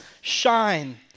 shine